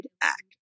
act